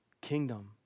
kingdom